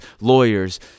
lawyers